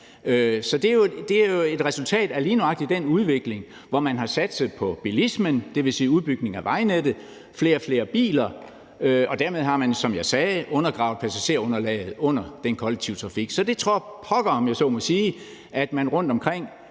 Så det er jo et resultat af lige nøjagtig den udvikling, hvor man har satset på bilismen, dvs. udbygning af vejnettet og flere og flere biler, og dermed har man, som jeg sagde, undergravet passagergrundlaget for den kollektive trafik. Så det tror da pokker, om jeg så må sige, at man rundtomkring